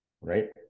right